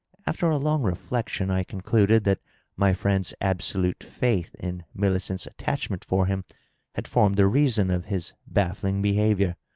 after a long reflection i concluded that my friend's absolute faith in millicent's attachment for him had formed the reason of his baffling behavior.